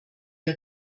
der